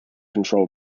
control